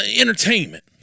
entertainment